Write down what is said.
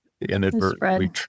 inadvertently